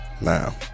now